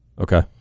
Okay